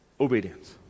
obedience